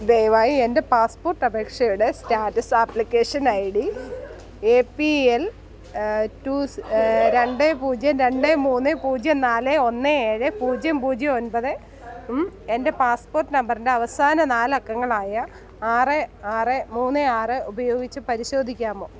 ദയവായി എൻ്റെ പാസ്പോർട്ട് അപേക്ഷയുടെ status application ID A P L two ടു രണ്ട് പൂജ്യം രണ്ട് മൂന്ന് പൂജ്യം നാല് ഒന്ന് ഏഴ് പൂജ്യം പൂജ്യം ഒൻപതും എൻ്റെ പാസ്പോർട്ട് നമ്പറിൻ്റെ അവസാന നാല് അക്കങ്ങളായ ആറ് ആറ് മൂന്ന് ആറ് ഉപയോഗിച്ച് പരിശോധിക്കാമോ